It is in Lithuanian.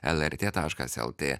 lrt taškas lt